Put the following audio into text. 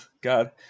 God